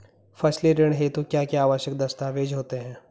फसली ऋण हेतु क्या क्या आवश्यक दस्तावेज़ होते हैं?